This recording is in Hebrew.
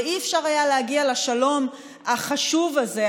ואי-אפשר היה להגיע לשלום החשוב הזה,